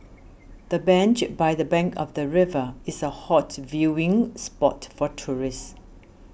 the bench by the bank of the river is a hot viewing spot for tourist